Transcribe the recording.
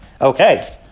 Okay